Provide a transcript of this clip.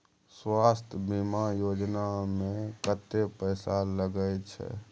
स्वास्थ बीमा योजना में कत्ते पैसा लगय छै?